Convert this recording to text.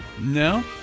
No